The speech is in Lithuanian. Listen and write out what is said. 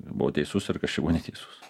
buvo teisus ir kas čia neteisus